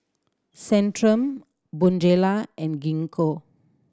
Centrum Bonjela and Gingko